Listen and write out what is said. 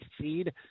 seed